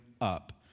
up